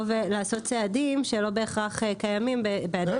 ולעשות צעדים שלא בהכרח קיימים באגף במשרד התחבורה.